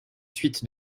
suites